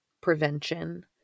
prevention